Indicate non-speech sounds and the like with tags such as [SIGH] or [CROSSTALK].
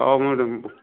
ହଉ [UNINTELLIGIBLE]